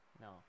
no